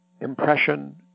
impression